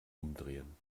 umdrehen